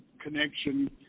Connection